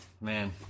man